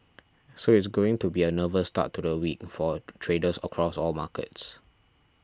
so it's going to be a nervous start to the week for traders across all markets